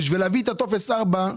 בשביל להביא את טופס 4,